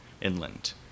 inland